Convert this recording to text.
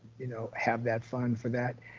you know, have that fund for that.